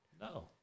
no